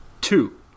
two